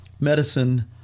Medicine